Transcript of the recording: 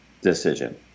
decision